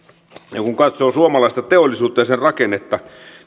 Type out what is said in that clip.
kun katsoo suomalaista teollisuutta ja sen rakennetta